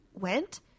went